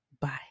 Bye